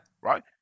Right